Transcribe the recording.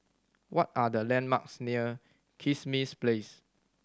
what are the landmarks near Kismis Place